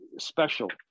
special